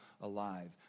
alive